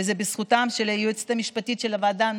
וזה בזכותה של היועצת המשפטית של הוועדה,